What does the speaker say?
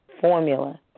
Formula